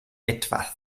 etwas